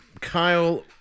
Kyle